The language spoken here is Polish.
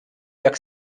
jak